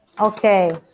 Okay